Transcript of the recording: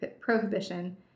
prohibition